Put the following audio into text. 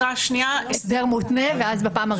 התראה שנייה --- הסדר מותנה ואז בפעם הרביעית.